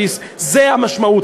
זאת המשמעות,